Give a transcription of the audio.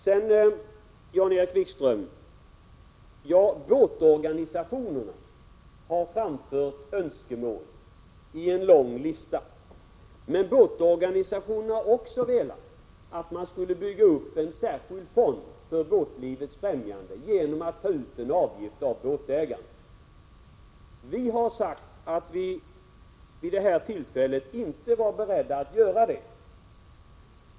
Båtorganisationerna, Jan-Erik Wikström, har framfört önskemål i en lång lista. Men båtorganisationerna har också velat att man skulle bygga upp en särskild fond för båtlivets främjande genom att ta ut en avgift av båtägarna. Vi har sagt att vi vid det här tillfället inte var beredda att göra det.